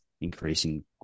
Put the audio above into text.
increasing